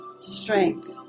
strength